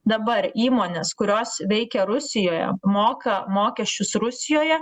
dabar įmonės kurios veikia rusijoje moka mokesčius rusijoje